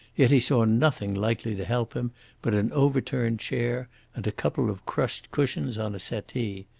yet he saw nothing likely to help him but an overturned chair and a couple of crushed cushions on a settee.